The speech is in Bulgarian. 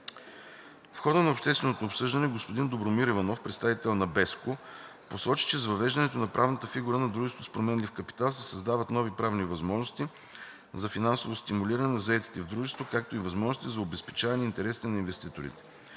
В хода на общественото обсъждане господин Добромир Иванов, представител на BESCO, посочи, че с въвеждането на правната фигура на дружеството с променлив капитал се създават нови правни възможности за финансово стимулиране на заетите в дружеството, както и възможности за обезпечаване интересите на инвеститорите.